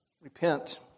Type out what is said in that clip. repent